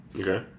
Okay